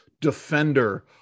defender